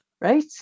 Right